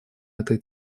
этой